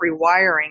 rewiring